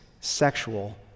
sexual